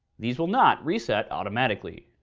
these will not reset automatically.